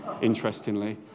interestingly